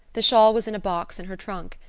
the shawl was in a box in her trunk.